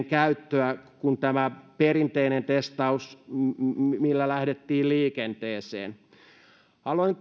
käyttöä kuin tämä perinteinen testaus millä lähdettiin liikenteeseen haluan nyt